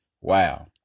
wow